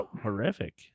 horrific